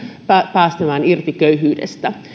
päästämään irti köyhyydestä